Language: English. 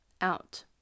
out